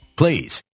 please